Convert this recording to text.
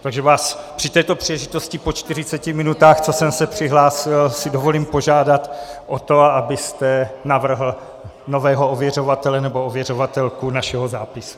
Takže si vás při této příležitosti po čtyřiceti minutách, co jsem se přihlásil, dovolím požádat o to, abyste navrhl nového ověřovatele nebo ověřovatelku našeho zápisu.